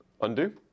Undo